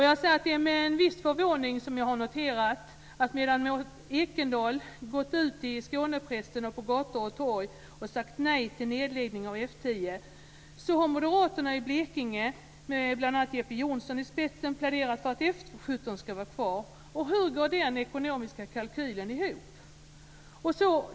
Det är med viss förvåning jag har noterat att medan Maud Ekendahl gått ut i Skånepressen och på gator och torg och sagt nej till nedläggning av F 10 har moderaterna i Blekinge, med bl.a. Jeppe Johnsson i spetsen, pläderat för att F 17 ska vara kvar. Hur går den ekonomiska kalkylen ihop?